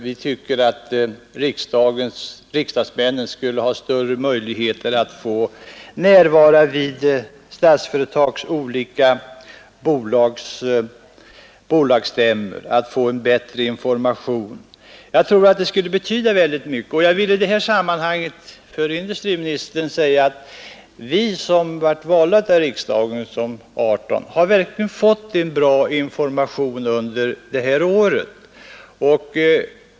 Vi tycker att riksdagsmännen borde ha större möjligheter att närvara vid Statsföretags olika bolagsstämmor och få bättre informationer. Jag tror att det skulle betyda oerhört mycket. I det sammanhanget vill jag också säga till industriministern att vi 18 riksdagsledamöter som valts för den uppgiften verkligen under detta år har fått bra information.